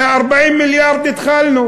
מ-40 מיליארד התחלנו.